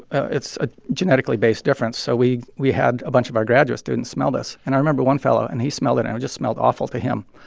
it's a genetically based difference. so we we had a bunch of our graduate students smell this. and i remember one fellow, and he smelled it, and it just smelled awful to him.